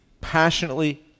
passionately